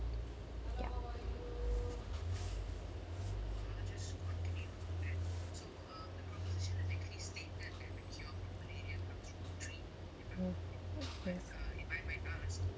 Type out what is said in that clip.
ya mmhmm mmhmm